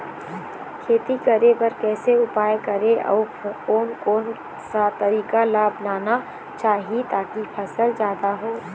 खेती करें बर कैसे उपाय करें अउ कोन कौन सा तरीका ला अपनाना चाही ताकि फसल जादा हो?